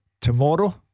tomorrow